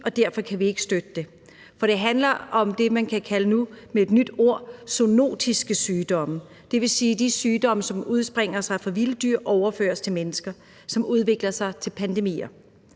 og derfor kan vi ikke støtte det. Det handler om det, man nu med et nyt ord kan kalde zoonotiske sygdomme, dvs. de sygdomme, som udspringer fra vilde dyr og overføres til mennesker, og som udvikler sig til pandemier.